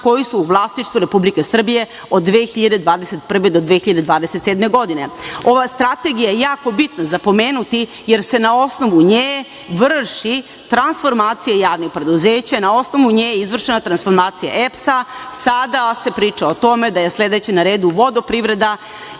koji su u vlasništvu Republike Srbije od 2021. do 2027. godine. Ova strategija je jako bitna za pomenuti jer se na osnovu nje vrši transformacija javnih preduzeća, na osnovu nje je izvršena transformacija EPS-a, a sada se priča o tome da je sledeća na redu Vodoprivreda